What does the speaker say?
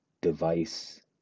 device